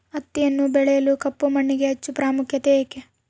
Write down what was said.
ಹತ್ತಿಯನ್ನು ಬೆಳೆಯಲು ಕಪ್ಪು ಮಣ್ಣಿಗೆ ಹೆಚ್ಚು ಪ್ರಾಮುಖ್ಯತೆ ಏಕೆ?